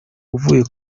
ivuye